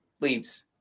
leaves